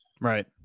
Right